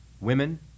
women